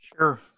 sure